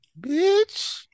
Bitch